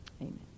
Amen